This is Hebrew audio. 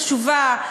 חשובה,